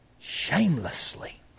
Shamelessly